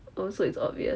oh so it's obvious